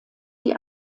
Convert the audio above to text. die